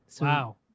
Wow